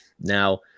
Now